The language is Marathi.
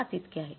५ इतके आहे